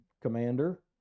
commander